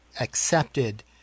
accepted